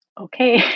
okay